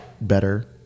better